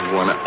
one